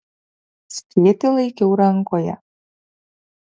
skėtį laikiau rankoje